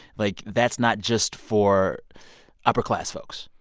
like, that's not just for upper-class folks.